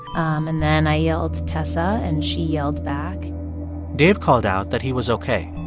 um and then i yelled, tessa. and she yelled back dave called out that he was ok.